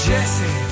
Jesse